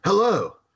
Hello